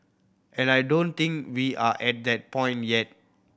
and I don't think we are at that point yet